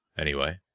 Anyway